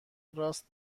راست